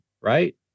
right